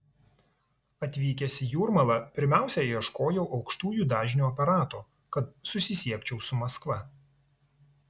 atvykęs į jūrmalą pirmiausia ieškojau aukštųjų dažnių aparato kad susisiekčiau su maskva